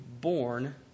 born